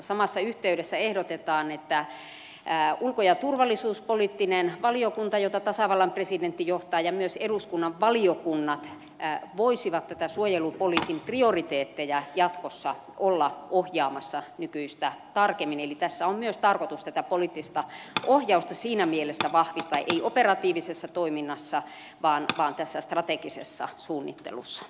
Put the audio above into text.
samassa yhteydessä ehdotetaan että ulko ja turvallisuuspoliittinen valiokunta jota tasavallan presidentti johtaa ja myös eduskunnan valiokunnat voisivat näitä suojelupoliisin prioriteetteja jatkossa olla ohjaamassa nykyistä tarkemmin eli tässä on myös tarkoitus tätä poliittista ohjausta siinä mielessä vahvistaa ei operatiivisessa toiminnassa vaan tässä strategisessa suunnittelussa